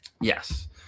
Yes